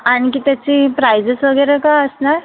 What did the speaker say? आणखी त्याची प्रायजेस वगैरे काय असणार